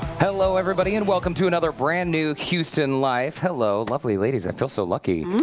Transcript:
hello, everybody. and welcome to another brand-new houston life. hello. lovely ladies. i feel so lucky.